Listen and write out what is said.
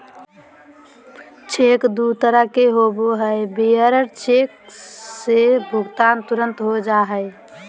cheque दू तरह के होबो हइ, बियरर चेक से भुगतान तुरंत हो जा हइ